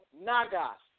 Nagas